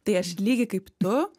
tai aš lygiai kaip tu